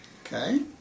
Okay